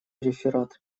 реферат